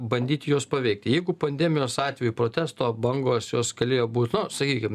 bandyti juos paveikti jeigu pandemijos atveju protesto bangos jos galėjo būt no sakykim